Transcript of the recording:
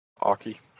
Aki